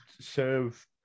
serve